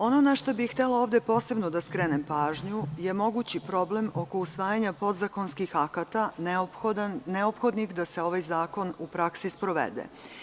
Ono na šta bih ovde htela posebno da skrenem pažnju je mogući problem oko usvajanja podzakonskih akata neophodnih da se ovaj zakon u praksi sprovede.